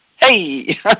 Hey